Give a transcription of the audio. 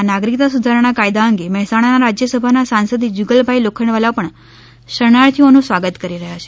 આ નાગરીકતા સુધારણા કાયદા અંગે મહેસાણાના રાજ્યસભાના સાંસદે જુગલભાઈ લોખંડવાલા પણ શરણાર્થીઓનું સ્વાગત કરી રહ્યા છે